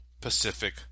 Pacific